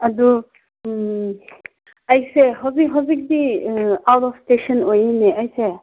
ꯑꯗꯨ ꯑꯩꯁꯦ ꯍꯧꯗꯤꯛ ꯍꯧꯖꯤꯛꯇꯤ ꯑꯥꯎꯠ ꯑꯣꯐ ꯏꯁꯇꯦꯁꯟ ꯑꯣꯏꯔꯤꯅꯦ ꯑꯩꯁꯦ